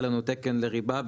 יש לנו תקן לריבה,